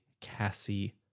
cassie